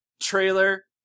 trailer